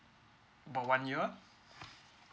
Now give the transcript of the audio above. about one year